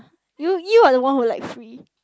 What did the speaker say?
you you are the one who like free